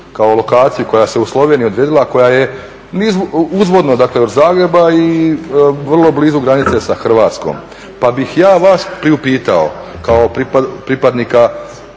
kao lokaciju koja se u Sloveniji odredila, koja je uzvodno od Zagreba i vrlo blizu granice sa Hrvatskom. Pa bih ja vas priupitao kao pripadnika